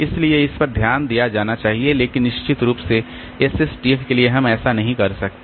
इसलिए इस पर ध्यान दिया जाना चाहिए लेकिन निश्चित रूप से एसएसटीएफ के लिए हम ऐसा नहीं कर सकते